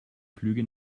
flüge